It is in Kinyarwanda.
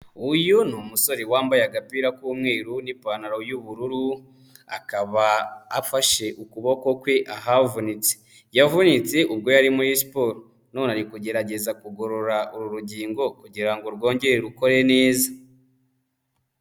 Uyu ni umusore wambaye agapira k'umweru n'ipantaro y'ubururu, akaba afashe ukuboko kwe ahavunitse, yavunitse ubwo yari muri siporo none ari kugerageza kugorora uru rugingo kugira ngo rwongere rukore neza,